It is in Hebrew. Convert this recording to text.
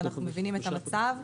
מבינים את המצב.